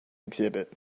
exhibit